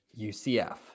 UCF